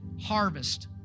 harvest